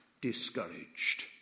discouraged